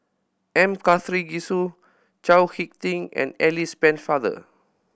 M Karthigesu Chao Hick Tin and Alice Pennefather